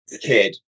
kid